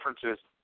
differences